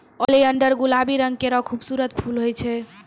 oleander गुलाबी रंग केरो खूबसूरत फूल होय छै